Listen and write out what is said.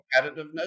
competitiveness